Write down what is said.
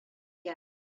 куя